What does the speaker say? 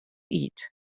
eat